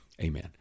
Amen